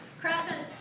Crescent